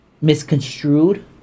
misconstrued